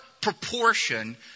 proportion